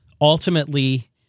ultimately